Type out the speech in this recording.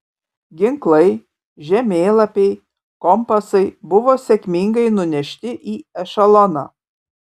ginklai žemėlapiai kompasai buvo sėkmingai nunešti į ešeloną